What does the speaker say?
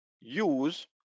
use